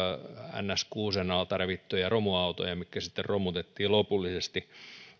niin sanotusti kuusen alta revittyjä romuautoja mitkä sitten romutettiin lopullisesti